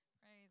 Praise